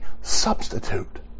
substitute